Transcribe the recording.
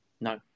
no